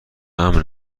امن